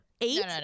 Eight